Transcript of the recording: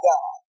God